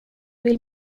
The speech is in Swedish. vill